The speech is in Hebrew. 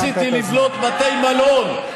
אני רציתי לבנות בתי מלון,